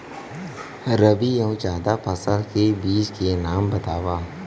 रबि अऊ जादा फसल के बीज के नाम बताव?